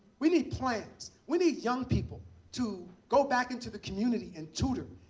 we need plans. we need young people to go back into the community and tutor.